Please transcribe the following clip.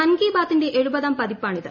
മൻ കി ബാതിന്റെ എഴുപതാം പതിപ്പാണിത്